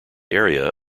area